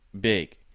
big